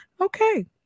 okay